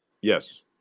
Yes